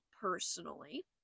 personally